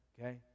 okay